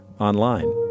online